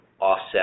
offset